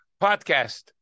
podcast